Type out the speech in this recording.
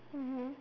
mmhmm